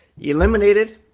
eliminated